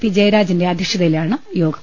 P ജയരാജന്റെ അധ്യക്ഷതയിലാണ് യോഗം